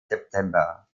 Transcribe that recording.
september